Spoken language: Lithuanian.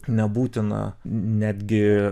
nebūtina netgi